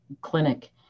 clinic